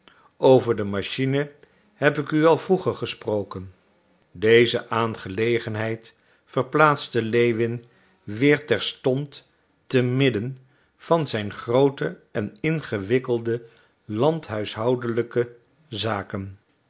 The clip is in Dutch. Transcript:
over de machine heb ik u al vroeger gesproken deze aangelegenheid verplaatste lewin weer terstond te midden van zijne groote en ingewikkelde landhuishoudelijke zaken